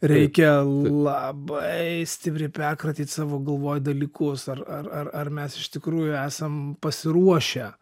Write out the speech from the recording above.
reikia labai stipriai perkratyt savo galvoj dalykus ar ar ar mes iš tikrųjų esam pasiruošę